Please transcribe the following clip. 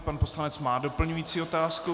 Pan poslanec má doplňující otázku.